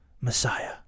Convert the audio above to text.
Messiah